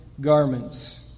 garments